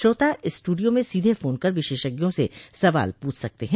श्रोता स्टूडियो में सीधे फोन कर विशेषज्ञों से सवाल प्रछ सकते हैं